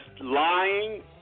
lying